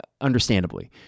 understandably